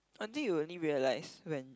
until you only realise when